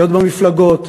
להיות במפלגות,